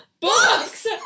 books